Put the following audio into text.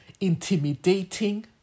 intimidating